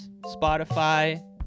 Spotify